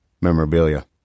memorabilia